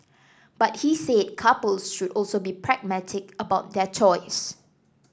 but he said couples should also be pragmatic about their choice